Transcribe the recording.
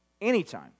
anytime